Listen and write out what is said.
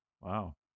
Wow